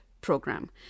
program